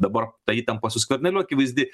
dabar ta įtampa su skverneliu akivaizdi